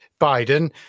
Biden